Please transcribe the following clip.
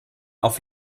auf